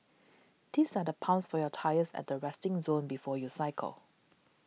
theis are pumps for your tyres at the resting zone before you cycle